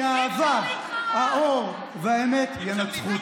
כי האהבה, האור והאמת ינצחו.